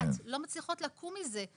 לא מצליחות לקום מזה.